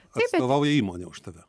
atstovauja įmonė už tave